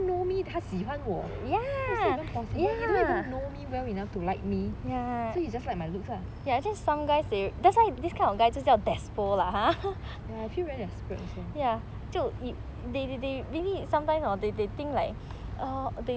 know me 他喜欢我 how is that even possible you don't even know me well enough to like me so you just like my looks lah ya I feel very desperate also